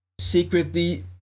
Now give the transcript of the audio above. secretly